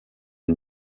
est